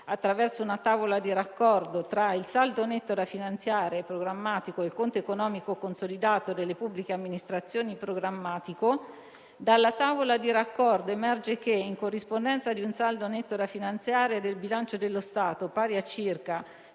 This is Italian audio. attraverso una tavola di raccordo tra il saldo netto da finanziare e programmatico e il conto economico consolidato delle pubbliche amministrazioni programmatico, dalla tavola di raccordo emerge che, in corrispondenza di un saldo netto da finanziare del bilancio dello Stato pari a circa